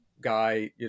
guy